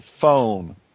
phone